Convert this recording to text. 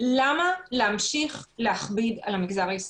למה להמשיך להכביד על המגזר העסקי.